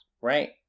right